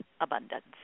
abundance